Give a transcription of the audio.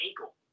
ankle